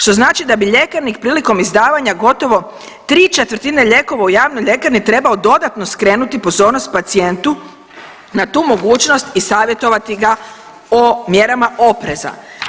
Što znači da bi ljekarnik prilikom izdavanja gotovo 3/4 lijekova u javnoj ljekarni trebao dodatno skrenuti pozornost pacijentu na tu mogućnost i savjetovati ga o mjerama opreza.